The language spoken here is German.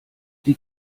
die